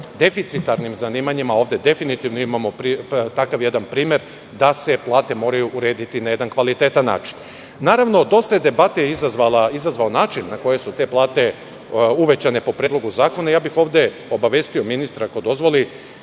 deficitarnim zanimanjima, ovde definitivno imamo takav jedan primer, da se plate moraju urediti na jedan kvalitetan način. Naravno, dosta je debate izazvao način na koji su te plate uvećane po predlogu zakona. Ovde bih obavestio ministra, ako dozvoli,